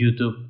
YouTube